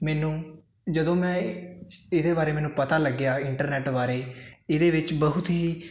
ਮੈਨੂੰ ਜਦੋਂ ਮੈਂ ਇਹਦੇ ਬਾਰੇ ਮੈਨੂੰ ਪਤਾ ਲੱਗਿਆ ਇੰਟਰਨੈਟ ਬਾਰੇ ਇਹਦੇ ਵਿੱਚ ਬਹੁਤ ਹੀ